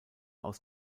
aus